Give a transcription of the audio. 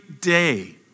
day